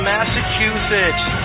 Massachusetts